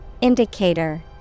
Indicator